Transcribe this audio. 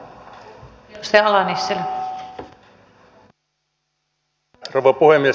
arvoisa rouva puhemies